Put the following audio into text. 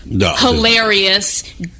hilarious